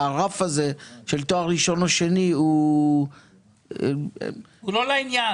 שהרף הזה של תואר ראשון או שני הוא --- הוא לא לעניין.